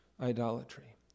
idolatry